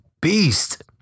beast